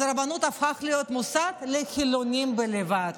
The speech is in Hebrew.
אז הרבנות הפכה להיות מוסד לחילונים בלבד,